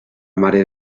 mare